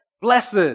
Blessed